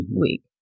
week